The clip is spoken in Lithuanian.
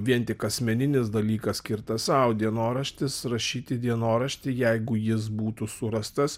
vien tik asmeninis dalykas skirtas sau dienoraštis rašyti dienoraštį jeigu jis būtų surastas